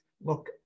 look